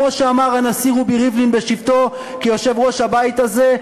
כמו שאמר הנשיא רובי ריבלין בשבתו כיושב-ראש הבית הזה,